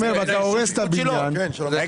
והורס את הבניין --- תודה